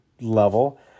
level